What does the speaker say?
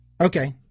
Okay